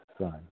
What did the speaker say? son